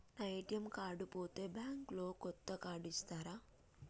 నా ATM card పోతే bank లో కొత్త కార్డు ఇస్తరా?